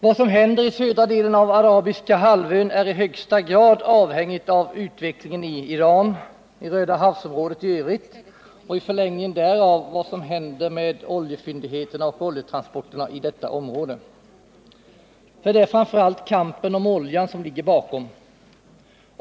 Vad som händer i den södra delen av arabiska halvön är i högsta grad avhängigt av utvecklingen i Iran, i Rödahavsområdet i övrigt och i förlängningen också av vad som händer med oljefyndigheterna och oljetransporterna i detta område. Det är nämligen framför allt kampen om oljan som ligger bakom.